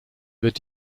wird